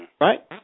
right